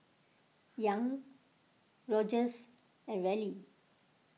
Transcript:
Young Rogers and Reilly